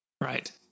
Right